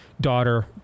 daughter